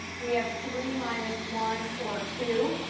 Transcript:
we have three minus one or two.